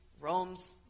roams